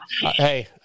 Hey